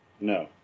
No